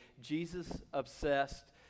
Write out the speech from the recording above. Jesus-obsessed